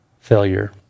failure